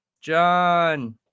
John